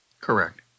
Correct